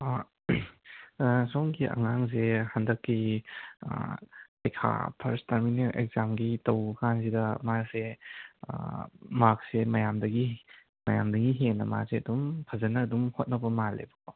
ꯑꯥ ꯑꯥ ꯁꯣꯝꯒꯤ ꯑꯉꯥꯡꯁꯦ ꯍꯟꯗꯛꯀꯤ ꯄꯩꯈ꯭ꯌꯥ ꯐꯥꯔꯁ ꯇꯥꯝꯃꯤꯅꯦꯜ ꯑꯦꯛꯖꯥꯝꯒꯤ ꯇꯧꯕ ꯀꯥꯟꯁꯤꯗ ꯃꯥꯁꯦ ꯃꯥꯛꯁꯦ ꯃꯌꯥꯝꯗꯒꯤ ꯃꯌꯥꯝꯗꯒꯤ ꯍꯦꯟꯅ ꯃꯥꯁꯦ ꯑꯗꯨꯝ ꯐꯖꯅ ꯑꯗꯨꯝ ꯍꯣꯠꯅꯕ ꯃꯥꯜꯂꯦꯕꯀꯣ